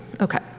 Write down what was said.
okay